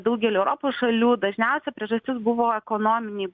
daugely europos šalių dažniausia priežastis buvo ekonominiai